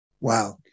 wow